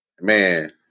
Man